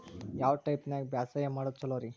ಯಾವ ಟೈಪ್ ನ್ಯಾಗ ಬ್ಯಾಸಾಯಾ ಮಾಡೊದ್ ಛಲೋರಿ?